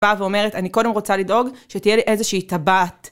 באה ואומרת, אני קודם רוצה לדאוג שתהיה לי איזושהי טבעת.